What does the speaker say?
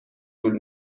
طول